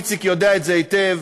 איציק יודע את זה היטב,